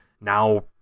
now